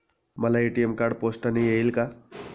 मला ATM card पोस्टाने येईल का?